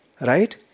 right